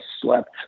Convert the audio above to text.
slept